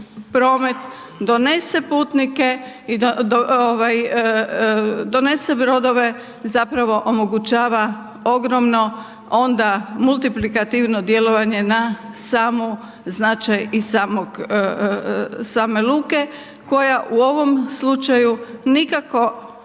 promet, donese putnike, donese brodove zapravo omogućava ogromno onda multiplikativno djelovanje na sam značaj i same koja u ovom slučaju nikako